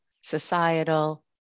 societal